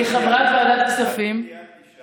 כחברת ועדת הכספים, זה לא הוגן.